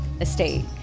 estate